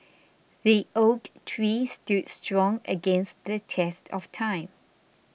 the oak tree stood strong against the test of time